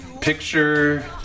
picture